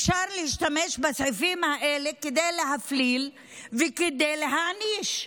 אפשר להשתמש בסעיפים האלה כדי להפליל וכדי להעניש,